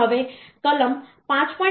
હવે કલમ 5